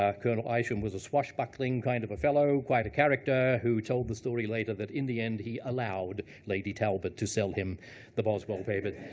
um colonel isham was a swashbuckling kind of a fellow, quite a character, who told the story later that in the end he allowed lady talbot to sell him the boswell papers.